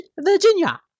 Virginia